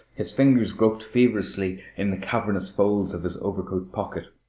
his fingers groped feverishly in the cavernous folds of his overcoat pocket.